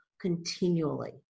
continually